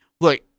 look